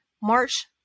March